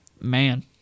Man